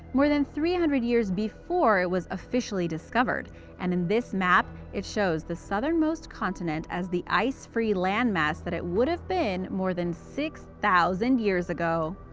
more than three hundred years before it was officially discovered, and in this map it shows the southernmost continent as the ice free land mass that it would have been more than six thousand years ago.